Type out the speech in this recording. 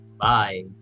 bye